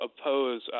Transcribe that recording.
oppose